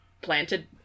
planted